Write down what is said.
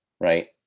right